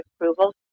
approval